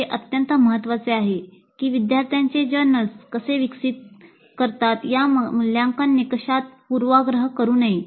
हे अत्यंत महत्त्वाचे आहे की विद्यार्थ्यांचे जर्नल्स कसे विकसित करतात या मूल्यांकन निकषात पूर्वाग्रह करू नये